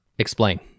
Explain